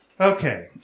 Okay